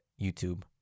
YouTube